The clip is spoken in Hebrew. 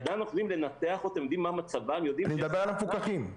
יודעים מה מצבם --- אני מדבר על המפוקחים.